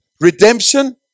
redemption